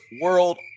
world